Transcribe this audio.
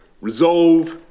resolve